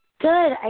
good